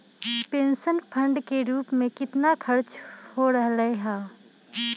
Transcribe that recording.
Pension fund के रूप में कितना खर्च हो रहले है?